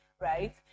right